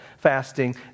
Fasting